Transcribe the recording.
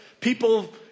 People